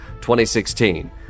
2016